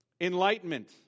Enlightenment